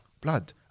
blood